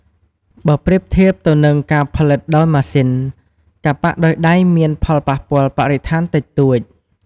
បើប្រៀបធៀបទៅនឹងការផលិតដោយម៉ាស៊ីន ការប៉ាក់ដោយដៃមាន ផលប៉ះពាល់បរិស្ថានតិចតួច។